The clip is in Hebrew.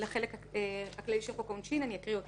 לחלק הכללי של חוק העונשין אני אקריא אותו